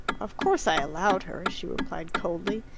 of course i allowed her, she replied coldly.